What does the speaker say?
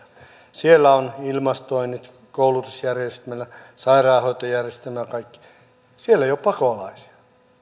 siellä on ilmastoinnit koulutusjärjestelmä sairaanhoitojärjestelmä ja kaikki ja ei ole pakolaisia